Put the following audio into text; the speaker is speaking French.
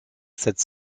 sept